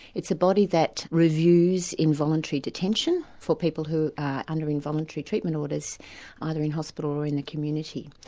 it's a body that reviews involuntary detention for people who are under involuntary treatment orders either in hospital, or in the community.